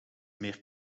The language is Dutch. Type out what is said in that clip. meer